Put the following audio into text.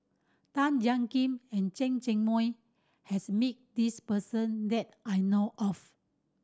Tan Jiak Kim and Chen Cheng Mei has met this person that I know of